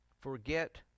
Forget